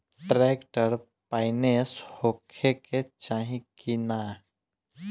Tractor पाईनेस होखे के चाही कि ना?